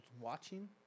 watching